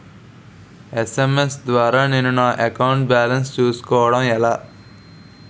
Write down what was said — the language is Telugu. ఎస్.ఎం.ఎస్ ద్వారా నేను నా అకౌంట్ బాలన్స్ చూసుకోవడం ఎలా?